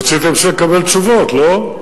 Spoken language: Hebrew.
רציתם לקבל תשובות, לא?